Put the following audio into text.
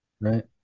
Right